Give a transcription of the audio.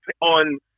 on